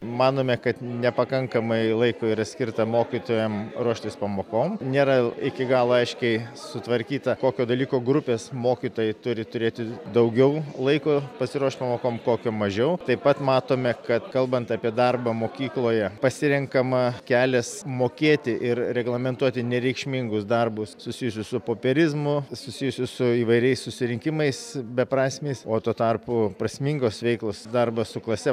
manome kad nepakankamai laiko yra skirta mokytojam ruoštis pamokom nėra iki galo aiškiai sutvarkyta kokio dalyko grupės mokytojai turi turėti daugiau laiko pasiruošt pamokom kokio mažiau taip pat matome kad kalbant apie darbą mokykloje pasirenkama kelias mokėti ir reglamentuoti nereikšmingus darbus susijusius su popierizmu susijusius su įvairiais susirinkimais beprasmiais o tuo tarpu prasmingos veiklos darbas su klase